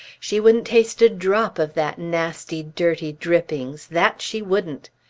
she wouldn't taste a drop of that nasty dirty drippings, that she wouldn't!